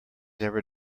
ever